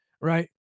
right